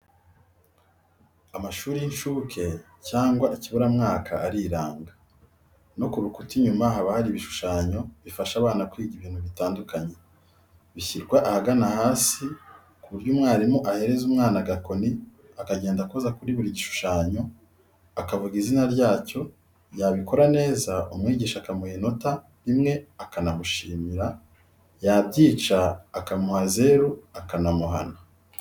Amashuri y'incuke cyangwa ikiburamwaka ariranga, no ku rukuta inyuma haba hari ibishushanyo bifasha abana kwiga ibintu bitandukanye, bishyirwa ahagana hasi ku buryo mwarimu ahereza umwana agakoni akagenda akoza kuri buri gishushanyo, akavuga izina ryacyo, yabikora neza umwigisha akamuha inota rimwe akanamushimira, yabyica akamuha zeru, akanamuhana.